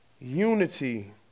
unity